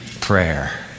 prayer